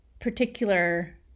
particular